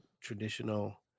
traditional